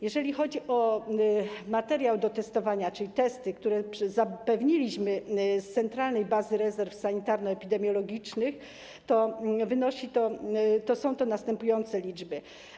Jeżeli chodzi o materiał do testowania, czyli testy, które zapewnialiśmy z Centralnej Bazy Rezerw Sanitarno-Epidemiologicznych, to są to następujące liczby.